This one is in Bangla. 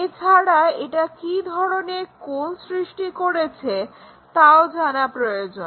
এছাড়া এটা কি ধরনের কোণ সৃষ্টি করেছে তাও জানা প্রয়োজন